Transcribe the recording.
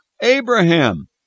Abraham